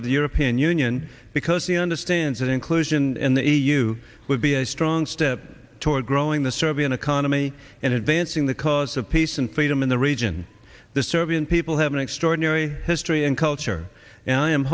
of the european union because he understands that inclusion in the e u would be a strong step toward growing the serbian economy and advancing the cause of peace and freedom in the region the serbian people have an extraordinary history and culture and i am